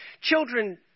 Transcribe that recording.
Children